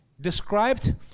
described